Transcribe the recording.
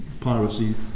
piracy